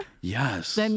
Yes